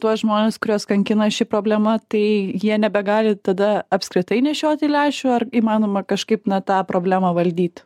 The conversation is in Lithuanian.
tuos žmones kuriuos kankina ši problema tai jie nebegali tada apskritai nešioti lęšių ar įmanoma kažkaip na tą problemą valdyt